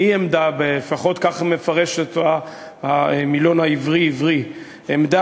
לפחות כך מפרש אותה המילון העברי-עברי: עמדה